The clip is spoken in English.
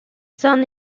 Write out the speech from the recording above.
son